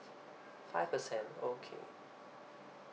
five percent okay